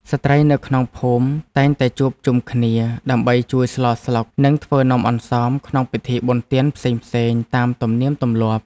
ស្ត្រីនៅក្នុងភូមិតែងតែជួបជុំគ្នា ដើម្បីជួយស្លស្លុក និងធ្វើនំអន្សមក្នុងពិធីបុណ្យទានផ្សេងៗតាមទំនៀមទម្លាប់។